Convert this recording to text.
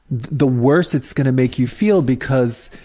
the worse it's gonna make you feel because,